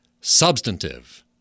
Substantive